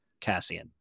Cassian